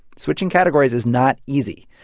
switching categories is not easy.